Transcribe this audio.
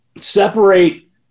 separate